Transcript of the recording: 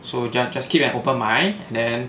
so just just keep an open mind and then